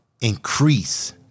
Increase